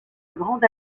grande